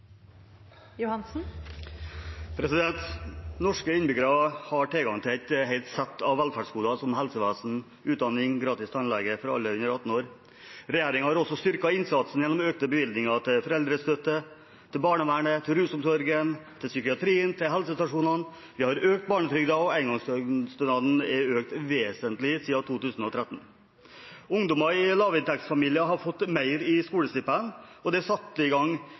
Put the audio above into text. Norske innbyggere har tilgang til et helt sett av velferdsgoder, som helsevesen, utdanning og gratis tannlege for alle under 18 år. Regjeringen har også styrket innsatsen gjennom økte bevilgninger til foreldrestøtte, barnevernet, rusomsorgen, psykiatrien og helsestasjonene. Vi har økt barnetrygden, og engangsstønaden er økt vesentlig siden 2013. Ungdommer i lavinntektsfamilier har fått mer i skolestipend, og det er satt i gang